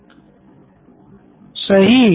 Nitin Kurien COO Knoin electronics सही